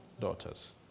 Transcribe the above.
daughters